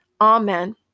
Amen